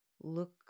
look